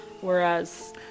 Whereas